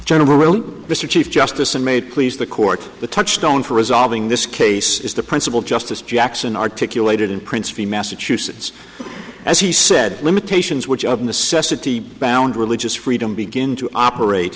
general mr chief justice and made please the court the touchstone for resolving this case is the principle justice jackson articulated in prince free massachusetts as he said limitations which of necessity bound religious freedom begin to operate